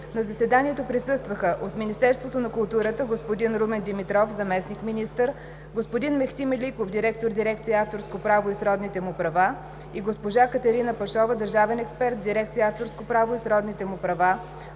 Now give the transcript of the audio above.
На заседанието присъстваха: от Министерството на културата: господин Румен Димитров – заместник-министър, господин Мехти Меликов – директор на дирекция „Авторско право и сродните му права“ и госпожа Катерина Пашова – държавен експерт в дирекция „Авторско право и сродните му права“;